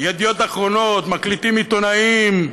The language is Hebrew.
"ידיעות אחרונות", מקליטים עיתונאים,